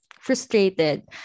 frustrated